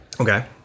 okay